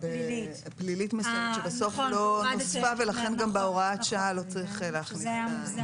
פלילית שבסוף לא הוספה ולכן גם בהוראת השעה לא צריך להכניס אותה.